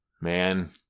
Man